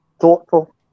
thoughtful